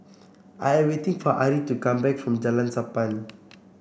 I am waiting for Ari to come back from Jalan Sappan